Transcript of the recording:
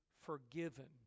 forgiven